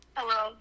Hello